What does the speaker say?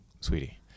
sweetie